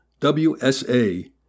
WSA